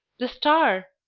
the star!